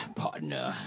partner